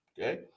okay